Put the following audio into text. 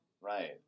right